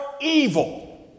evil